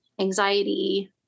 anxiety